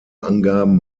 angaben